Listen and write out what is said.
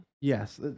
Yes